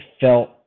felt